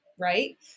Right